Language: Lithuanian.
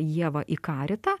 ievą į karitą